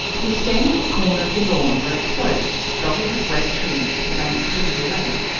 he was standing at the corner of the lawn where it sloped, dotted with great trees, to the banks of the little lake,